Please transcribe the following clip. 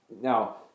Now